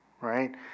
right